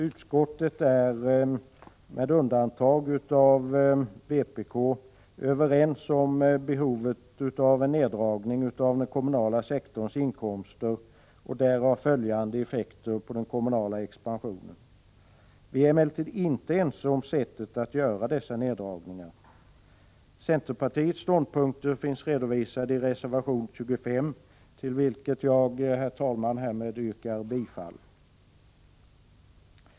Utskottet, med undantag av vpk, är överens om behovet av en neddragning av den kommunala sektorns inkomster och därav följande effekter på den kommunala expansionen. Vi är emellertid inte ense om sättet att göra dessa neddragningar. Centerpartiets ståndpunkter finns redovisade i reservation 25, till vilken, herr talman, jag härmed yrkar bifall.